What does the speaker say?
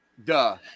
Duh